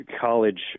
college